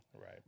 Right